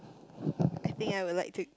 I think I would like to